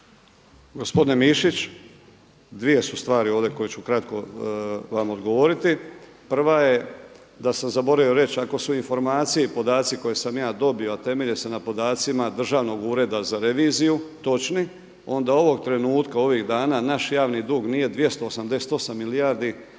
Gospodine Mišić, dvije su stvari ovdje koje ću kratko vam odgovoriti. Prva je da sam zaboravio reći ako su informacije i podaci koje sam ja dobio, a temelje se na podacima Državnog ureda za reviziju točni, onda ovog trenutka ovih dana naš javni dug nije 288 milijardi,